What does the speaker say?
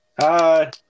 hi